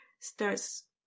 starts